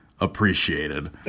Appreciated